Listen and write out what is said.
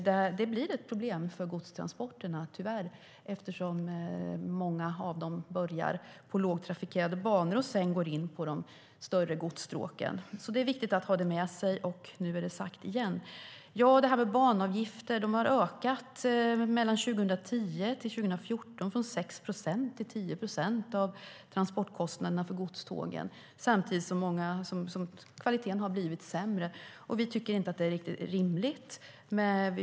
Det blir ett problem för godstransporterna eftersom många av dem börjar på lågtrafikerade banor och sedan går in på de större godsstråken. Det är viktigt att ha detta med sig, och nu är det sagt igen. Banavgifterna har ökat mellan 2010 och 2014 från 6 procent till 10 procent av transportkostnaderna för godstågen samtidigt som kvaliteten har blivit sämre. Vi tycker inte att det är rimligt.